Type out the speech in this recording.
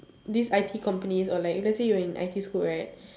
this I_T companies or like let's say you're in I_T school right